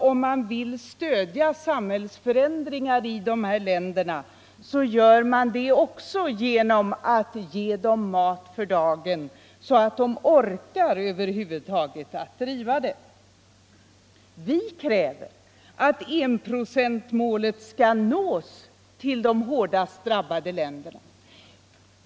Om man vill stödja samhällsförändringar i dessa länder tror jag att man gör även det genom att ge människorna mat för dagen, så att de över huvud taget orkar att engagera sig för sådana. Mitt parti kräver att enprocentsmålet skall nås.